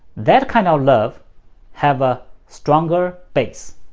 that kind of love has a stronger base,